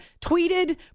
tweeted